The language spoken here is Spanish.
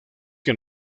que